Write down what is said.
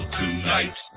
tonight